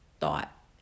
thought